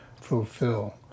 fulfill